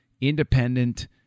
independent